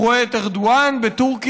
הוא רואה את ארדואן בטורקיה,